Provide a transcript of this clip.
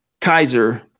Kaiser